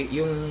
yung